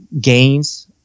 gains